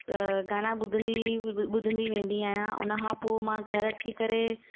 अ गाना ॿुधंदी ॿुधंदी वेंदी आहियां उनखां पोइ मां घरु अची करे